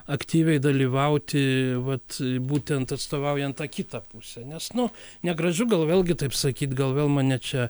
aktyviai dalyvauti vat būtent atstovaujant tą kitą pusę nes nu negražu gal vėlgi taip sakyt gal vėl mane čia